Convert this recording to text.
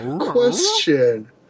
Question